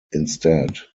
instead